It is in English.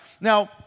Now